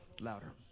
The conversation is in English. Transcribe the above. Louder